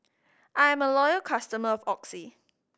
I'm a loyal customer of Oxy